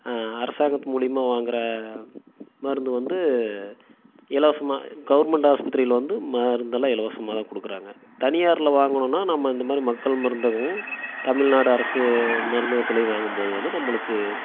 அரசாங்கத்து மூலயமா வாங்கிற மருந்து வந்து இலவசமாக கவுர்மெண்ட் ஹாஸ்பித்திரியில் வந்து மருந்தெல்லாம் இலவசமாக தான் கொடுக்குறாங்க தனியாரில் வாங்கணுன்னால் நம்ம இந்த மாதிரி மக்கள் மருந்தகமும் தமிழ்நாடு அரசு மருந்தகத்துலேயும் வாங்கும் போது வந்து நம்மளுக்கு